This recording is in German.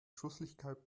schusseligkeit